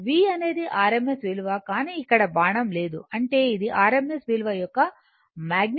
V అనేది rms విలువ కానీ ఇక్కడ బాణం లేదు అంటే ఇది rms విలువ యొక్క మగ్నిట్యూడ్